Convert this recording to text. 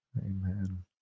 Amen